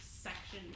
section